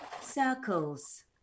circles